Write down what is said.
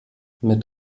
mit